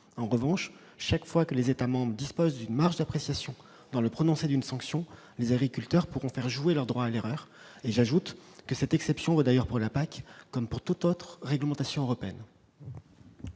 En revanche, chaque fois que les États membres disposent d'une marge d'appréciation dans le prononcé d'une sanction, les agriculteurs pourront faire jouer leur droit à l'erreur. J'ajoute que cette exception vaut pour la PAC, comme pour toute autre réglementation européenne.